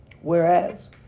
Whereas